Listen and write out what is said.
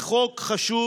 זה חוק חשוב,